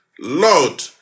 Lord